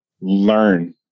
learn